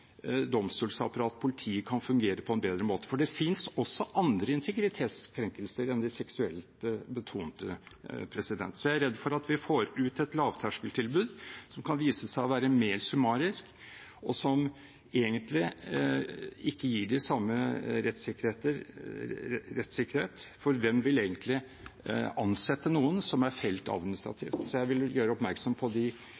en bedre måte. Det finnes også andre integritetskrenkelser enn de seksuelt betonte. Så jeg er redd for at vi får et lavterskeltilbud som kan vise seg å være mer summarisk, og som egentlig ikke gir den samme rettssikkerheten. For hvem vil egentlig ansette noen som er